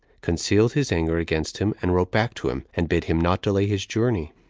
concealed his anger against him, and wrote back to him, and bid him not delay his journey,